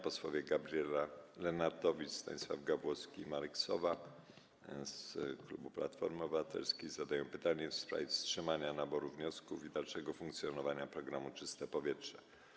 Posłowie Gabriela Lenartowicz, Stanisław Gawłowski i Marek Sowa z klubu Platformy Obywatelskiej zadają pytanie w sprawie wstrzymania naboru wniosków i dalszego funkcjonowania programu „Czyste powietrze”